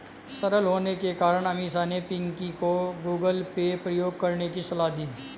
सरल होने के कारण अमीषा ने पिंकी को गूगल पे प्रयोग करने की सलाह दी